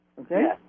Okay